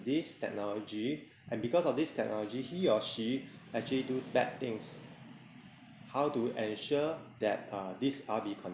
this technology and because of this technology he or she actually do bad things how to ensure that uh this are we con~